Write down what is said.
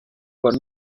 por